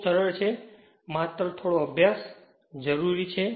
ખૂબ સરળ છે અને માત્ર થોડો અભ્યાસ જરૂરી છે